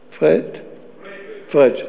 פריג'.